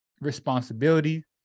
responsibility